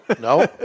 no